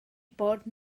bod